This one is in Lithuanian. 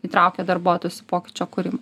įtraukia darbuotojus į pokyčio kūrimą